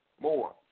more